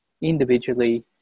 individually